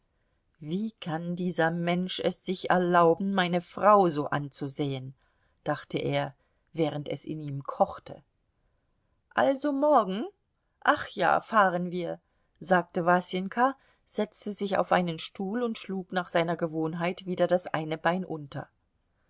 wie kann dieser mensch es sich erlauben meine frau so anzusehen dachte er während es in ihm kochte also morgen ach ja fahren wir sagte wasenka setzte sich auf einen stuhl und schlug nach seiner gewohnheit wieder das eine bein unter